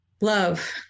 love